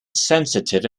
sensitive